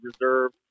reserve